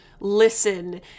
listen